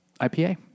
IPA